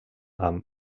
amb